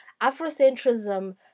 Afrocentrism